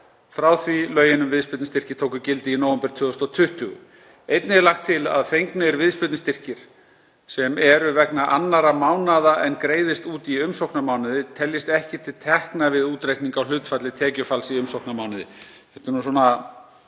frá því lögin um viðspyrnustyrki tóku gildi í nóvember 2020. Einnig er lagt til að fengnir viðspyrnustyrkir, sem eru vegna annarra mánaða en greiðast út í umsóknarmánuði, teljist ekki til tekna við útreikning á hlutfalli tekjufalls í umsóknarmánuði. Þetta er nú svona